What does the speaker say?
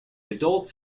adults